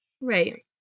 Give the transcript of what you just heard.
Right